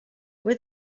with